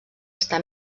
està